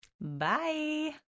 Bye